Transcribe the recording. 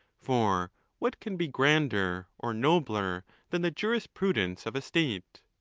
for what can be grander or nobler than the jurisprudence of a state?